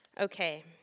Okay